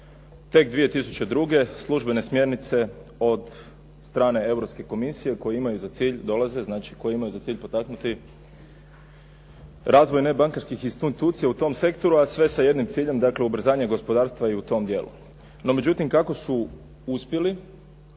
Tek 2002. službene smjernice od strane Europske komisije koje imaju za cilj, dolaze, znači koje imaju za cilj potaknuti razvoj nebankarskih institucija u tom sektoru, a sve sa jednim ciljem, dakle ubrzanje gospodarstva i u tom dijelu. No međutim, kako su uspjeli,